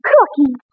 Cookie